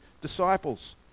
disciples